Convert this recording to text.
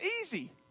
easy